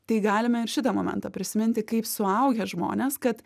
tai galime ir šitą momentą prisiminti kaip suaugę žmonės kad